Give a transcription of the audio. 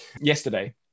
yesterday